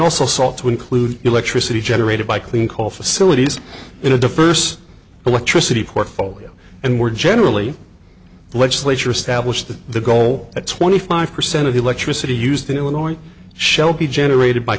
also sought to include elect city generated by clean coal facilities in a diverse electricity portfolio and more generally the legislature established the goal at twenty five percent of the electricity used in illinois shelby generated by